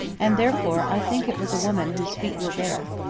and, therefore, i think it was a woman whose feet were bare.